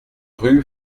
rue